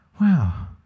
Wow